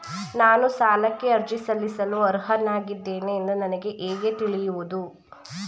ನಾನು ಸಾಲಕ್ಕೆ ಅರ್ಜಿ ಸಲ್ಲಿಸಲು ಅರ್ಹನಾಗಿದ್ದೇನೆ ಎಂದು ನನಗೆ ಹೇಗೆ ತಿಳಿಯುವುದು?